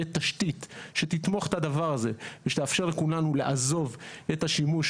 תשתית שתתמוך את הדבר הזה ושתאפשר לכולנו לעזוב את השימוש